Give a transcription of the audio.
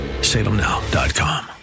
Salemnow.com